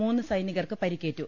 മൂന്ന് സൈനികർക്ക് പരിക്കേറ്റു